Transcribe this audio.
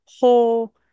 whole